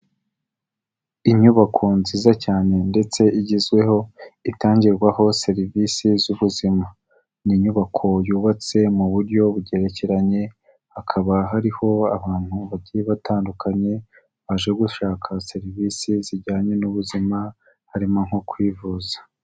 Inyubako nziza cyane, ndetse igezweho, itangirwaho serivisi z'ubuzima. Ni inyubako yubatse mu buryo bugerekeranye, hakaba hariho abantu bagiye batandukanye, baje gushaka serivisi zijyanye n'ubuzima, harimo nko kwivuza.